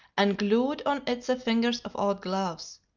and glued on it the fingers of old gloves.